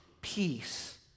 peace